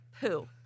poo